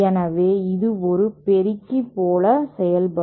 எனவே இது ஒரு பெருக்கி போல செயல்படும்